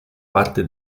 parte